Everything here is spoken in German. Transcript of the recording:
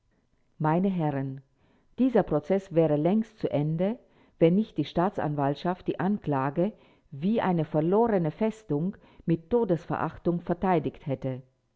meine herren dieser prozeß wäre längst zu ende wenn nicht die staatsanwaltschaft die anklage wie eine verlorene festung mit todesverachtung verteidigt hätte